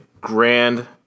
grand